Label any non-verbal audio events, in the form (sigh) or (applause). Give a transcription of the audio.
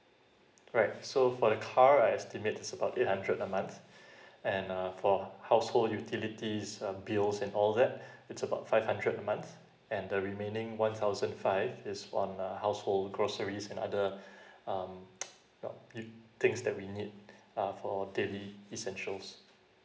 right so for the car I estimate it's about eight hundred a month (breath) and uh for household utilities uh bills and all that (breath) it's about five hundred a month and the remaining one thousand five is on uh household groceries and other (breath) um um things that we need uh for daily essentials